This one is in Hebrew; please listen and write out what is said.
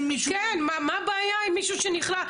כן, מה הבעיה עם מישהו שנכלא?